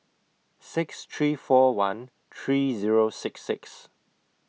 six three four one three Zero six six